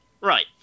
Right